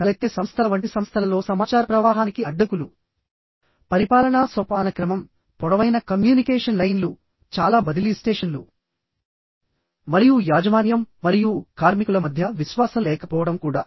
తలెత్తే సంస్థల వంటి సంస్థలలో సమాచార ప్రవాహానికి అడ్డంకులు పరిపాలనా సోపానక్రమం పొడవైన కమ్యూనికేషన్ లైన్లు చాలా బదిలీ స్టేషన్లు మరియు యాజమాన్యం మరియు కార్మికుల మధ్య విశ్వాసం లేకపోవడం కూడా